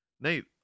Nate